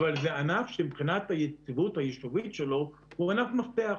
אבל זה ענף שמבחינת היציבות היישובית שלו הוא ענף מפתח.